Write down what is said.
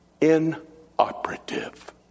inoperative